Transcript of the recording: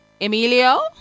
emilio